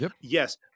yes